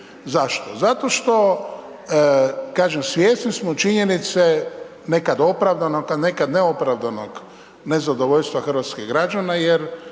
Zašto? Zato što, kažem, svjesni smo činjenice, nekad opravdanog, a nekad neopravdanog nezadovoljstva hrvatskih građana jer